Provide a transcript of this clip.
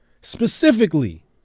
specifically